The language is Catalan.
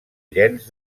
llenç